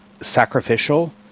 sacrificial